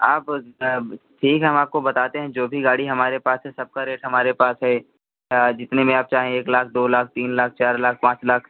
आप तब ठीक है हम आपको बताते हैं जो भी गाड़ी हमारे पास है सबका रेट हमारे पास है या जितने में आप चाहें एक लाख दो लाख तीन लाख चार लाख पाँच लाख